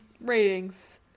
Ratings